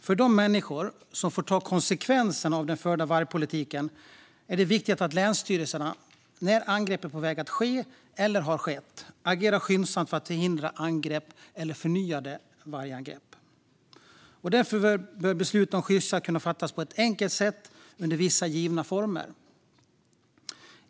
För de människor som får ta konsekvenserna av den förda vargpolitiken är det viktigt att länsstyrelserna, när angrepp är på väg att ske eller har skett, agerar skyndsamt för att hindra angrepp eller förnyade vargangrepp. Därför bör beslut om skyddsjakt kunna fattas på ett enkelt sätt under vissa givna former.